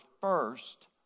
first